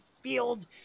field